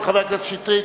של חבר הכנסת שטרית,